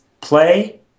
play